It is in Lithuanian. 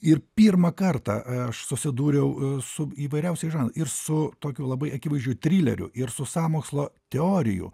ir pirmą kartą aš susidūriau su įvairiausiais žanrais ir su tokiu labai akivaizdžiu trileriu ir sąmokslo teorijų